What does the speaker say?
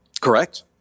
Correct